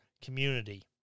community